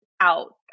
out